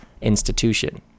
institution